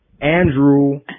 Andrew